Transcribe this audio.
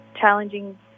challenging